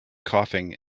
coughing